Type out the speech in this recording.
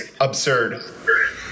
absurd